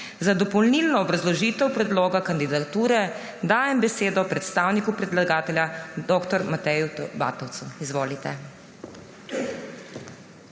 Za dopolnilno obrazložitev predloga kandidature dajem besedo predstavniku predlagatelju dr. Mateju T. Vatovcu. Izvolite.